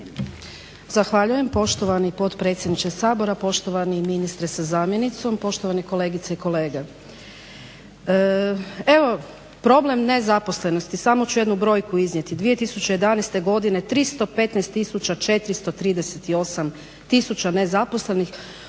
Zahvaljujem poštovani potpredsjedniče Sabora. Poštovani ministre sa zamjenicom, poštovani kolegice i kolege. Evo problem nezaposlenosti, samo ću jednu brojku iznijeti, 2011. godine 315438 nezaposlenih,